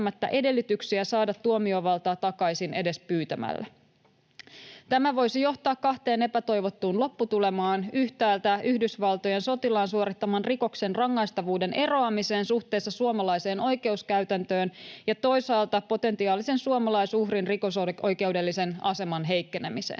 edellytyksiä saada tuomiovaltaa takaisin edes pyytämällä. Tämä voisi johtaa kahteen epätoivottuun lopputulemaan: yhtäältä Yhdysvaltojen sotilaan suorittaman rikoksen rangaistavuuden eroamiseen suhteessa suomalaiseen oikeuskäytäntöön ja toisaalta potentiaalisen suomalaisuhrin rikosoikeudellisen aseman heikkenemiseen.